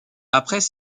après